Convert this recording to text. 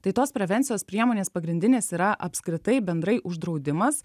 tai tos prevencijos priemonės pagrindinės yra apskritai bendrai uždraudimas